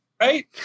right